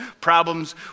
problems